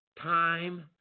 time